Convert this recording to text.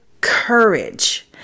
courage